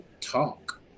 talk